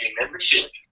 membership